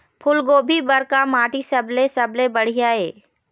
फूलगोभी बर का माटी सबले सबले बढ़िया ये?